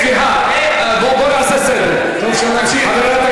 סליחה, בואו נעשה סדר, כדי שנמשיך.